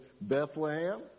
Bethlehem